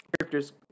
characters